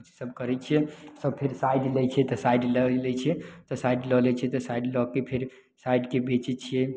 ई सब करय छियै तब फेर साइट लै छियै तऽ साइट लअ लै छियै तऽ साइट लअ लै छियै तऽ फेर साइटके बेचय छियै